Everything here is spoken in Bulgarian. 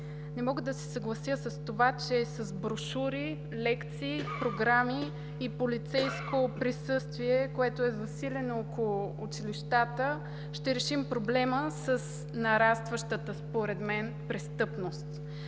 Не мога да се съглася с това, че с брошури, лекции, програми и полицейско присъствие, което е засилено около училищата, ще решим проблема с нарастващата според мен престъпност.